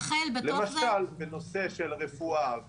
למשל בנושא של הרפואה,